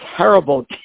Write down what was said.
terrible